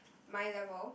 my level